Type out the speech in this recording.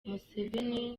museveni